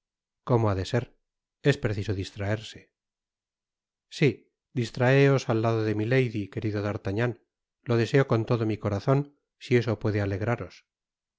como ha de ser i es preciso distraerse si distraeos al lado de milady querido d'artagnan lo deseo con todo mi corazon si eso puede alegraros